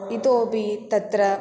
इतोऽपि तत्र